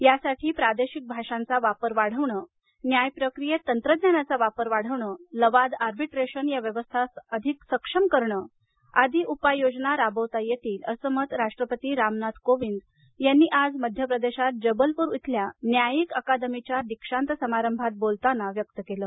यासाठी प्रादेशिक भाषांचा वापर वाढवणं न्याय प्रक्रियेत तंत्रज्ञानाचा वापर वाढवणं लवाद आर्बीट्रेशन या व्यवस्था अधिक सक्षम करणं आदी उपाययोजना राबवता येतील असं मत राष्ट्रपती रामनाथ कोविंद यांनी आज मध्य प्रदेशात जबलपूर इथल्या न्यायिक अकादमीच्या दीक्षांत समारंभात बोलताना व्यक्त केलं